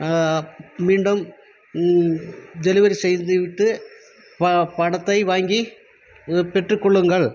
மீண்டும் டெலிவரி செய்து விட்டு ப பணத்தை வாங்கி பெற்று கொள்ளுங்கள்